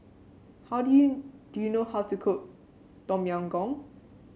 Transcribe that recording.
how do you do you know how to cook Tom Yam Goong